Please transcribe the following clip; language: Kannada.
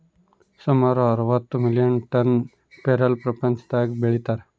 ಸುಮಾರು ಅರವತ್ತು ಮಿಲಿಯನ್ ಟನ್ ಪೇರಲ ಪ್ರಪಂಚದಾಗ ಬೆಳೀತಾರ